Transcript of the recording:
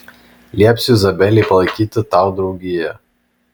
liepsiu izabelei palaikyti tau draugiją